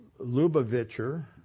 Lubavitcher